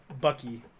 Bucky